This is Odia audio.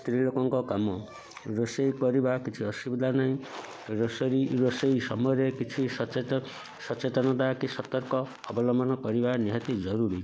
ସ୍ତ୍ରୀ ଲୋକଙ୍କ କାମ ରୋଷେଇ କରିବା କିଛି ଅସୁବିଧା ନାହିଁ ରୋଷରି ରୋଷେଇ ସମୟରେ କିଛି ସଚେତନ ସଚେତନତା କି ସତର୍କ ଅବଲମ୍ବନ କରିବା ନିହାତି ଜରୁରୀ